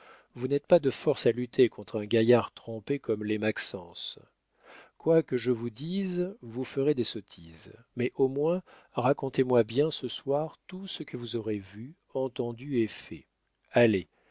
vous n'êtes pas de force à lutter contre un gaillard trempé comme l'est maxence quoi que je vous dise vous ferez des sottises mais au moins racontez-moi bien ce soir tout ce que vous aurez vu entendu et fait allez